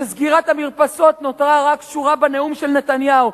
שסגירת המרפסות נותרה רק שורה בנאום של נתניהו.